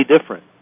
different